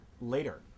later